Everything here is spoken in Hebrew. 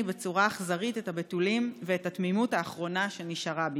בצורה אכזרית את הבתולים ואת התמימות האחרונה שנשארה בי.